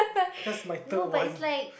that's my third one